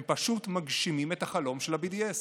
הם פשוט מגשימים את החלום של ה-BDS.